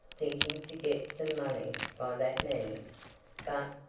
thinking to get some money by that means but,